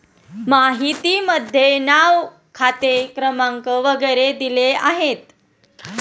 माहितीमध्ये नाव खाते क्रमांक वगैरे दिले आहेत